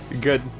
Good